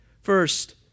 First